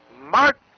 mark